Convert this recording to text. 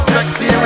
Sexy